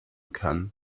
kann